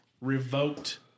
revoked